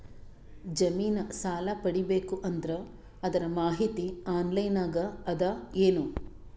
ಜಮಿನ ಸಾಲಾ ಪಡಿಬೇಕು ಅಂದ್ರ ಅದರ ಮಾಹಿತಿ ಆನ್ಲೈನ್ ನಾಗ ಅದ ಏನು?